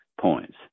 points